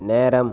நேரம்